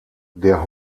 der